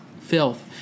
Filth